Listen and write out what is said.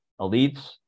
elites